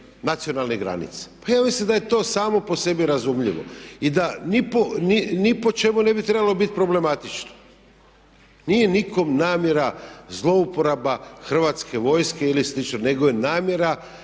nacionalnih granica. Pa ja mislim da je to samo po sebi razumljivo i da ni po čemu ne bi trebalo biti problematično. Nije nikom namjera zlouporaba Hrvatske vojske ili slično nego je namjera